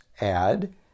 add